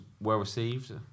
well-received